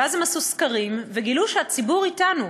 ואז הם עשו סקרים וגילו שהציבור אתנו,